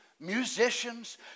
musicians